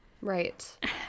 right